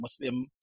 Muslim